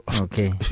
Okay